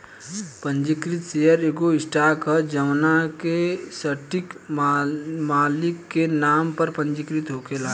पंजीकृत शेयर एगो स्टॉक ह जवना के सटीक मालिक के नाम पर पंजीकृत होखेला